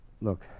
Look